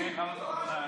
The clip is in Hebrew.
(תיקון, הגבלת שימוש בכרטיסי אשראי לסרבני גט),